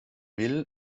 will